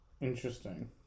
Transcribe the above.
interesting